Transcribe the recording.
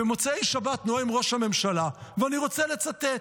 במוצאי שבת נואם ראש הממשלה, ואני רוצה לצטט.